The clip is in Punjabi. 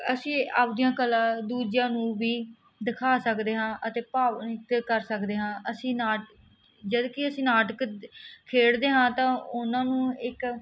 ਅਸੀਂ ਆਪਦੀਆਂ ਕਲਾ ਦੂਜਿਆਂ ਨੂੰ ਵੀ ਦਿਖਾ ਸਕਦੇ ਹਾਂ ਅਤੇ ਭਾਵ ਕਰ ਸਕਦੇ ਹਾਂ ਅਸੀਂ ਨਾ ਜੱਦ ਕਿ ਅਸੀਂ ਨਾਟਕ ਖੇਡਦੇ ਹਾਂ ਤਾਂ ਉਹਨਾਂ ਨੂੰ ਇੱਕ